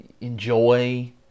enjoy